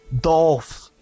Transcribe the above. Dolph